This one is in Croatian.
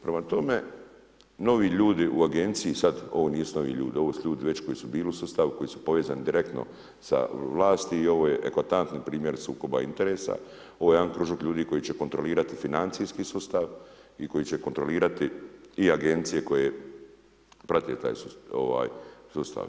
Prema tome novi ljudi u agenciji sad ovo nisu novi ljudi, ovo su ljudi koji su već bili u sustavu koji su povezani direktno sa vlasti i ovo je eklatantni primjer sukoba interesa, ovo je jedan kružok ljudi koji će kontrolirati financijski sustav i koji će kontrolirati i agencije koje prate taj sustav.